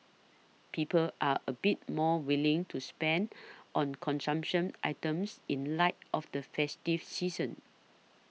people are a bit more willing to spend on consumption items in light of the festive season